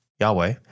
Yahweh